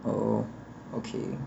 oh okay